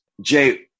Jay